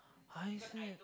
I see